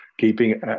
keeping